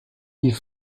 die